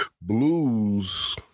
blues